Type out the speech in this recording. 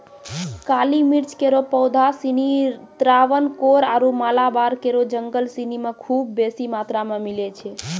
काली मिर्च केरो पौधा सिनी त्रावणकोर आरु मालाबार केरो जंगल सिनी म खूब बेसी मात्रा मे मिलै छै